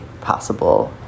possible